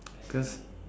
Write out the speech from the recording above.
because